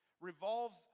revolves